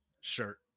shirt